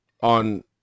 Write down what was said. on